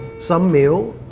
some mayo.